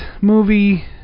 movie